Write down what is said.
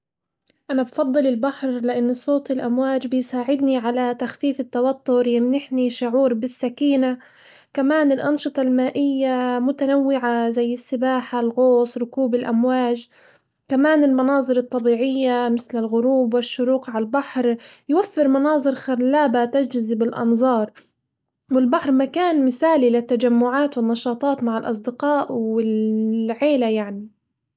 أنا بفضل البحر، لإن صوت الأمواج بيساعدني على تخفيف التوتر، يمنحني شعور بالسكينة، كمان الأنشطة المائية متنوعة زي السباحة، الغوص، ركوب الأمواج، كمان المناظر الطبيعية مثل الغروب والشروق عالبحر يوفر مناظر خلابة تجذب الأنظار والبحر مكان مثالي للتجمعات والنشاطات مع الأصدقاء والعيلة يعني.